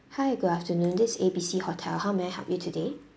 hi good afternoon this A B C hotel how may I help you today